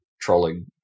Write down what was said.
trolling